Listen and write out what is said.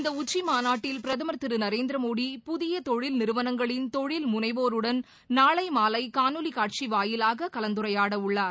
இந்த உச்சிமாநாட்டில் பிரதமா திரு நரேந்திரமோடி புதிய தொழில் நிறுவனங்களின் தொழில் முனைவோருடன் நாளை மாலை ஷாணொலி ஷாட்சி வாயலாக கலந்துரையாடவுள்ளார்